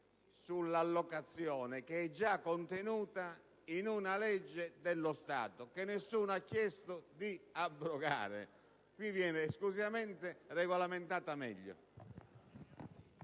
all'allocazione, già contenuta in una legge dello Stato, che nessuno ha chiesto di abrogare. Qui viene esclusivamente regolamentata meglio.